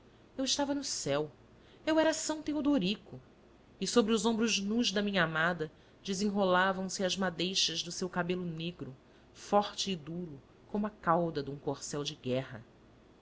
eu estava no céu eu era são teodorico e sobre os ombros nus da minha amada desenrolavam se as madeixas do seu cabelo negro forte e duro como a cauda de um corcel de guerra